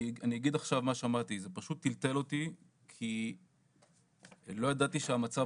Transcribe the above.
אני אגיד עכשיו את מה שאני שמעתי וזה פשוט טלטל אותי כי לא ידעתי שהמצב